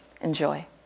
Enjoy